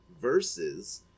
versus